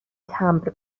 تمبر